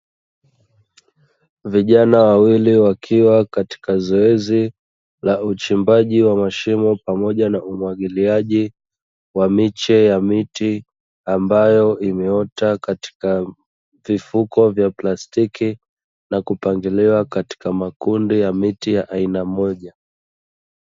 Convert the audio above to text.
Vijana wawili wakiwa katika zoezi la uchimbaji wa mashimo pamoja na umwagiliaji wa miche ya miti, ambayo imeota katika vifuko vya plastiki na kupangiliwa katika makundi ya miti ya aina moja.